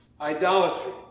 idolatry